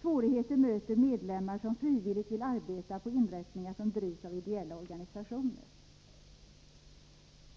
Svårigheter möter medlemmar som frivilligt vill arbeta på inrättningar som drivs av ideella organisationer